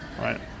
right